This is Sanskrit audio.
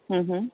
हम् हम्